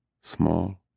small